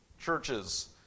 churches